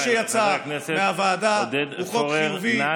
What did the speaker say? אני רוצה לומר שהחוק שיצא מהוועדה הוא חוק חיובי,